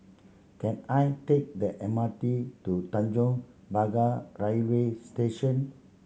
can I take the M R T to Tanjong Pagar Railway Station